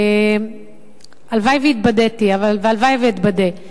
הלוואי שהתבדיתי והלוואי שאתבדה,